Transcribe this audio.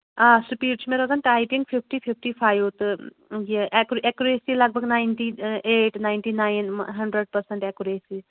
آ سُپیٖڈ چھُ مےٚ روزان ٹایپِنٛگ فِفٹی فِفٹی فایِو تہٕ یہِ ایٚکُہ ایٚکُریسی لگ بگ ninety eight ninety nine hundred percent accuracy